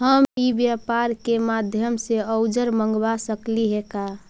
हम ई व्यापार के माध्यम से औजर मँगवा सकली हे का?